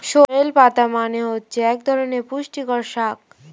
sorrel পাতা মানে হচ্ছে এক ধরনের পুষ্টিকর শাক